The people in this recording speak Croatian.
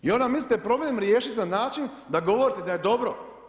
I onda mislite problem riješit na način da govorite da je dobro?